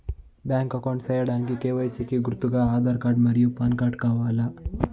Bank account సేయడానికి KYC కి గుర్తుగా ఆధార్ కార్డ్ మరియు పాన్ కార్డ్ కావాలా?